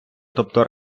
тобто